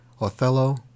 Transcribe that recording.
Othello